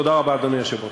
תודה רבה, אדוני היושב-ראש.